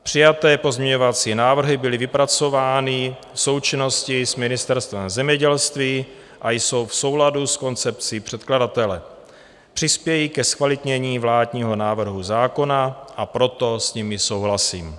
Přijaté pozměňovací návrhy byly vypracovány v součinnosti s Ministerstvem zemědělství a jsou v souladu s koncepcí překladatele, přispějí ke zkvalitnění vládního návrhu zákona, a proto s nimi souhlasím.